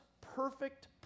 perfect